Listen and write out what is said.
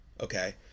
okay